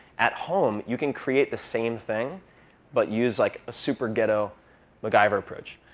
at home, you can create the same thing but use like a super-ghetto macgyver approach.